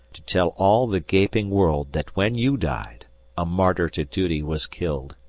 to tell all the gaping world that when you died a martyr to duty was killed.